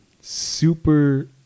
Super